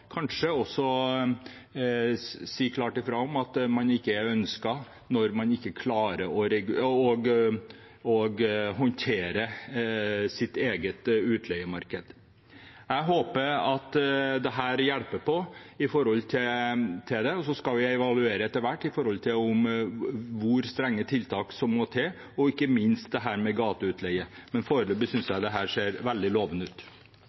si klart ifra om at man ikke er ønsket når man ikke klarer å håndtere sitt eget utleiemarked. Jeg håper at dette hjelper, og så skal vi etter hvert evaluere hvor strenge tiltak som må til, ikke minst dette med gateleie, men foreløpig synes jeg dette ser veldig lovende ut.